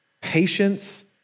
Patience